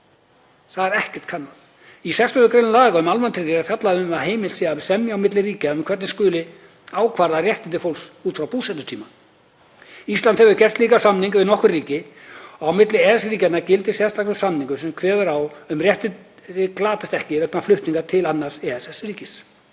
Það er ekkert kannað. Í 68. gr. laga um almannatryggingar er fjallað um að heimilt sé að semja á milli ríkja um hvernig skuli ákvarða réttindi fólks út frá búsetutíma. Ísland hefur gert slíka samninga við nokkur ríki og á milli EES-ríkjanna gildir sérstakur samningur sem kveður á um að réttindi glatist ekki vegna flutnings til annars EES-ríkis.